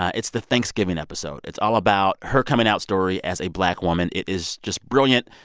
it's the thanksgiving episode. it's all about her coming out story as a black woman. it is just brilliant.